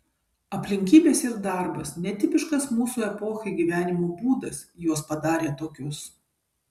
aplinkybės ir darbas netipiškas mūsų epochai gyvenimo būdas juos padarė tokius